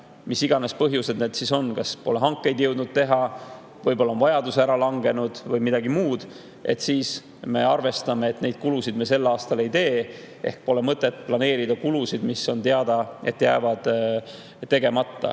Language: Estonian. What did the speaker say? mis iganes põhjused need on, kas pole hankeid jõudnud teha, võib-olla on vajadus ära langenud või midagi muud. Siis me arvestame, et neid kulusid me sel aastal ei tee. Pole mõtet planeerida kulusid, mille puhul on teada, et need jäävad tegemata.